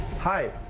Hi